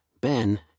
Ben